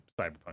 cyberpunk